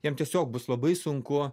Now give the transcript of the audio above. jiems tiesiog bus labai sunku